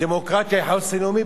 הדמוקרטיה היא חוסן לאומי,